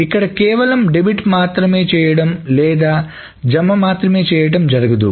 ఇక్కడ కేవలం డెబిట్ మాత్రమే చేయడం లేదా జమ మాత్రమే చేయడం జరగదు